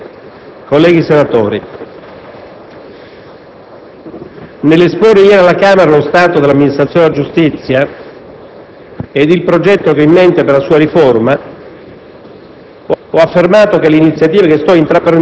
Signor Presidente, colleghi senatori, nell'esporre ieri alla Camera lo stato dell'amministrazione della giustizia e il progetto che ho in mente per la sua riforma,